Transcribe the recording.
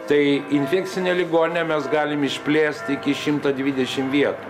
tai infekcinę ligoninę mes galim išplėst iki šimto dvidešim vietų